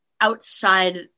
outside